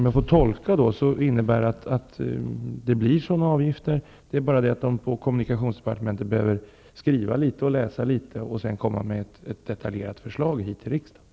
Jag tolkar det nu så att det blir sådana avgifter, men att man på kommunikationsdepartementet behöver skriva och läsa litet innan man kommer med ett detaljerat förslag till riksdagen.